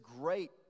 great